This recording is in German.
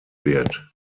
wird